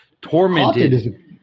tormented